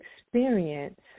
experience